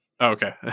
Okay